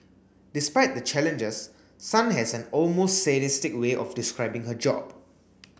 despite the challenges Sun has an almost sadistic way of describing her job